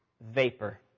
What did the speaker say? vapor